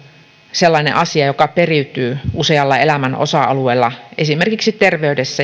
sellainen asia joka periytyy usealla elämän osa alueella esimerkiksi terveydessä